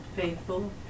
Faithful